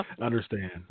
Understand